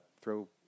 throw